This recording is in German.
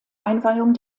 einweihung